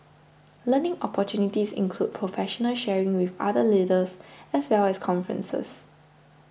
learning opportunities include professional sharing with other leaders as well as conferences